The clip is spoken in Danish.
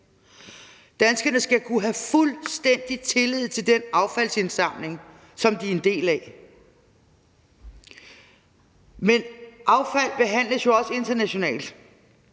Danskerne skal kunne have fuldstændig tillid til den affaldsindsamling, som de er en del af. Men affald behandles jo også internationalt,